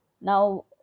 Now